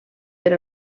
per